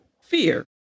Fear